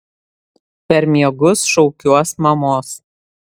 per miegus šaukiuos mamos